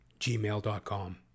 Gmail.com